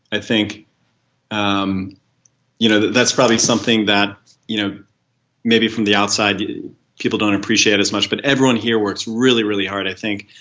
i think um you know that's probably something that you know maybe from the outside people don't appreciate as much, but everyone here works really, really hard i think.